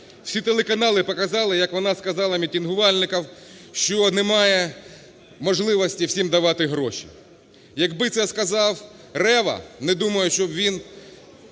Всі телеканали показали, як вона сказала мітингувальникам, що немає можливості всім давати гроші. Якби це сказав Рева, не думаю, щоб він